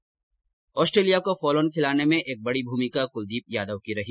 वहीं ऑस्ट्रेलिया को फॉलोओन खिलाने में एक बड़ी भूमिका कुलदीप यादव की रही